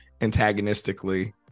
antagonistically